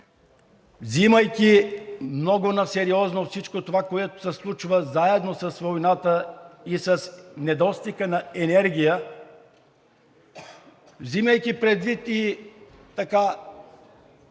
взимайки много насериозно всичко това, което се случва, заедно с войната и с недостига на енергия, взимайки предвид и